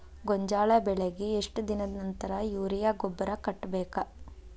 ಗೋಂಜಾಳ ಬೆಳೆಗೆ ಎಷ್ಟ್ ದಿನದ ನಂತರ ಯೂರಿಯಾ ಗೊಬ್ಬರ ಕಟ್ಟಬೇಕ?